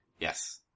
Yes